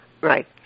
Right